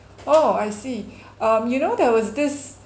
oh I see um you know there was this